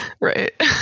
Right